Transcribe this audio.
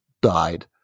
died